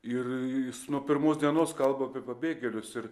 ir jis nuo pirmos dienos kalba apie pabėgėlius ir